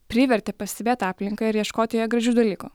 privertė pastebėti aplinką ir ieškoti joje gražių dalykų